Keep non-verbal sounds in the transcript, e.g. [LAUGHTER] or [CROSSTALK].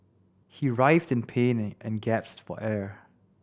he writhed in pain and gasped [UNINTELLIGIBLE] for air